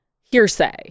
hearsay